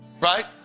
right